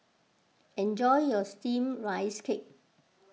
enjoy your Steamed Rice Cake